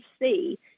see